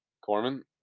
Corman